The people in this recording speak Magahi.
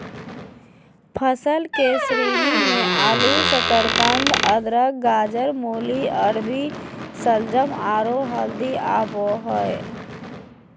फसल के श्रेणी मे आलू, शकरकंद, अदरक, गाजर, मूली, अरबी, शलजम, आरो हल्दी आबो हय